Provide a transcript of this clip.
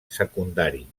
secundari